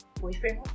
Boyfriend